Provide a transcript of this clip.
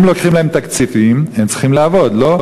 אם לוקחים להם תקציבים הם צריכים לעבוד, לא?